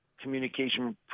communication